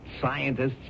scientists